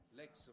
L'ex